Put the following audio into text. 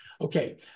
Okay